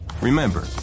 Remember